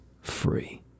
free